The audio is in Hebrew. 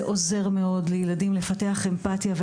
זה עוזר מאוד לילדים לפתח אמפתיה,